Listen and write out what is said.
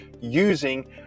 using